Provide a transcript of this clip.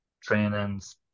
trainings